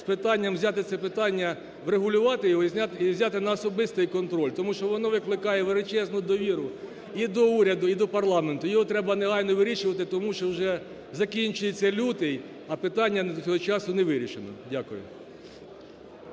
з питанням взяти це питання, врегулювати його і взяти на особистий контроль, тому що воно викликає величезну довіру і до уряду, і до парламенту. Його треба негайно вирішувати, тому що вже закінчується лютий, а питання до цього часу не вирішено. Дякую.